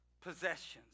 possessions